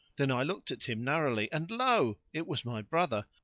then i looked at him narrowly, and lo! it was my brother,